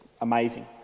amazing